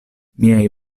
miaj